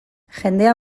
jendea